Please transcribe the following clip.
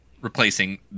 replacing